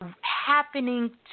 happening